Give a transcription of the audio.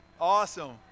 Awesome